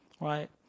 right